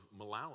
Malawi